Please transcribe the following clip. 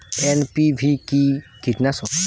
NPV কি কীটনাশক?